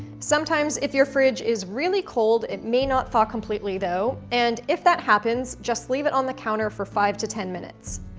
sometimes, if your fridge is really cold, it may not thaw completely, though. and if that happens just leave it on the counter for five to ten minutes.